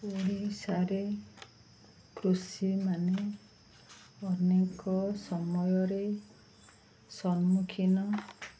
ଓଡ଼ିଶାରେ କୃଷିମାନେ ଅନେକ ସମୟରେ ସମ୍ମୁଖୀନ